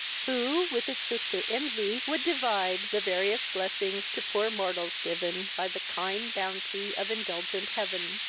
who, with its sister, envy, would divide the various blessings to poor mortals given. by the kind bounty of indulgent heaven.